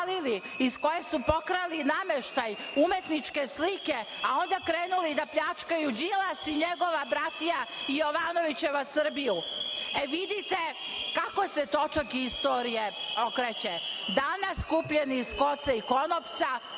iz koje su pokrali nameštaj, umetničke slike, a onda krenuli da pljačkaju Đilas i njegova bratija i Jovanovićeva Srbiju. Vidite kako se točak istorije okreće. Danas skupljeni s konca i konopca